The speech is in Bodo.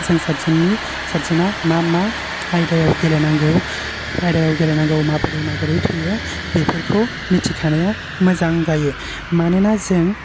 जों सादजननि सादजना मा मा आइदायाव गेलेनांगौ आइदायाव गेलेनांगौ माब्रै माब्रै थैयो बेफोरखौ मिथिखानाया मोजां जायो मानोना जों